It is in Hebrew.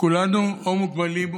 כולנו או מוגבלים,